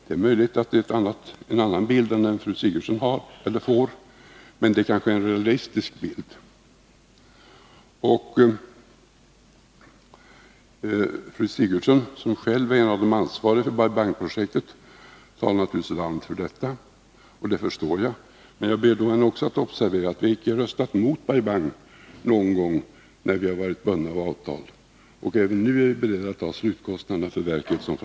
Det är möjligt att det är en annan bild än den fru Sigurdsen får, men det är kanske en realistisk bild. Fru Sigurdsen, som själv är en av de ansvariga för Bai Bangprojektet, talar naturligtvis varmt för det — det förstår jag. Men jag ber henne observera att vi icke röstat mot Bai Bang någon gång när vi varit bundna av avtal. Även nu är vi, som framgår av motion, beredda att ta slutkostnaderna för verket.